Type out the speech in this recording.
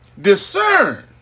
Discern